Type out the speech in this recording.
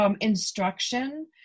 Instruction